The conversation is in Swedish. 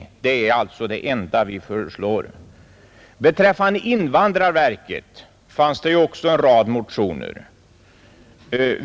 Det är det enda vi föreslår. Beträffande invandrarverket fanns det också en rad motioner.